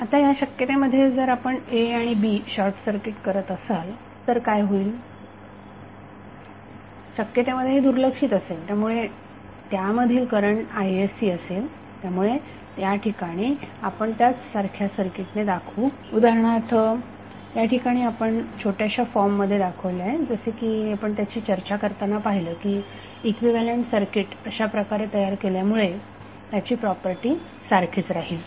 आता शक्यता मध्ये जर आपण a आणि b शॉर्टसर्किट करत असाल तर काय होईल शक्यता मध्ये हे दुर्लक्षित असेल त्यामुळे त्यामधील करंट iscअसेल त्यामुळे या ठिकाणी आपण त्याच सारख्या सर्किटने दाखवू उदाहरणार्थ या ठिकाणी आपण छोट्याशा फॉर्म मध्ये दाखवले आहे जसे की आपण त्याची चर्चा करताना पाहिले की इक्विव्हॅलेन्ट सर्किट अशाप्रकारे तयार केल्यामुळे त्याची प्रॉपर्टी सारखीच राहील